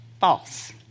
false